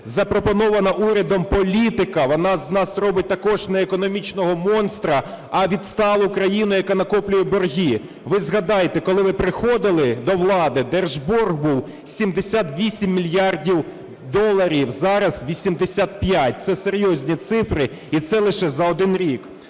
Запропонована урядом політика, вона з нас робить також не економічного монстра, а відсталу країну, яка накопляє борги. Ви згадайте, коли ви приходили до влади, держборг був 78 мільярдів доларів, зараз – 85. Це серйозні цифри і це лише за один рік.